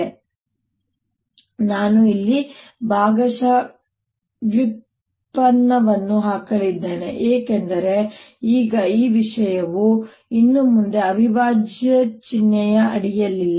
ಈಗ ನಾನು ಇಲ್ಲಿ ಭಾಗಶಃ ವ್ಯುತ್ಪನ್ನವನ್ನು ಹಾಕಲಿದ್ದೇನೆ ಏಕೆಂದರೆ ಈಗ ಈ ವಿಷಯವು ಇನ್ನು ಮುಂದೆ ಅವಿಭಾಜ್ಯ ಚಿಹ್ನೆಯ ಅಡಿಯಲ್ಲಿಲ್ಲ